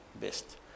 best